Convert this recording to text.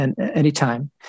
anytime